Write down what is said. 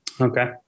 Okay